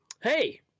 hey –